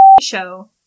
show